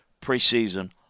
preseason